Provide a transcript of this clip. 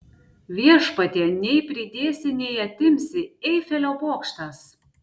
viešpatie nei pridėsi nei atimsi eifelio bokštas